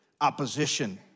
opposition